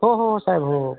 हो हो हो साहेब हो हो